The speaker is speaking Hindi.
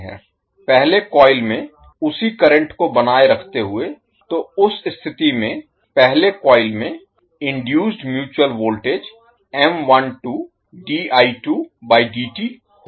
पहले कॉइल में उसी करंट को बनाए रखते हुए तो उस स्थिति में पहले कॉइल में इनडुइसड म्यूचुअल वोल्टेज होगा